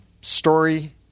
story